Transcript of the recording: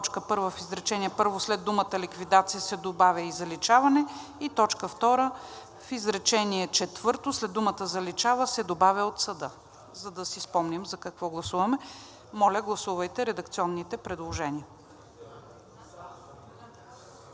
4: „1. В изречение първо след думата „ликвидация“ се добавя „и заличаване“. 2. В изречение четвърто след думата „заличава“ се добавя „от съда“.“ За да си спомним за какво гласуваме. Моля, гласувайте редакционните предложения.